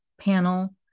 panel